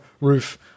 roof